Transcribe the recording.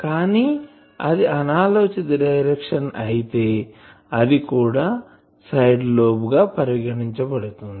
కానీ అది అనాలోచిత డైరెక్షన్ అయితే అది కూడా సైడ్ లోబ్ గా పరిగణించబడుతుంది